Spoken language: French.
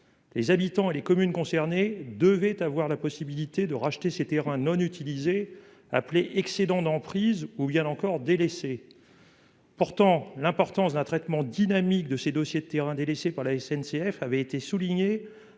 Les habitants et les communes concernés devaient avoir la possibilité de racheter ces terrains non utilisés, appelés « excédents d'emprise » ou « délaissés ». L'importance d'un traitement dynamique de ces dossiers de terrains délaissés par la SNCF avait été soulignée